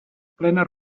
plena